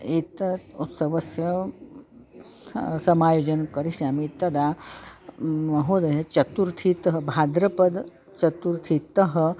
एतत् उत्सवस्य स समायोजनं करिष्यामि तदा म् महोदय चतुर्थी त् भाद्रपद चतुर्थीतः